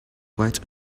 quite